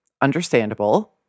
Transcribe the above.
understandable